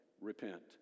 Repent